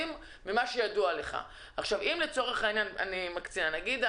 אם חברה ממשלתית קיבלה 100 מיליון שקל והייתה צריכה